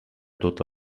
tot